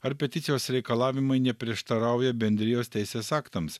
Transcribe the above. ar peticijos reikalavimai neprieštarauja bendrijos teisės aktams